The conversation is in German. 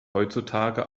heutzutage